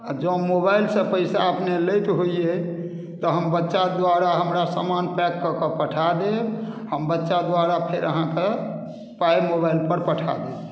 आ जँ मोबाइल से पैसा अपने लैत होइयै तऽ हम बच्चा दुआरा हमरा सामान पैक कऽ कऽ पठा देब हम बच्चा दुआरा फेर अहाँके पाइ मोबाइल पर पठा देब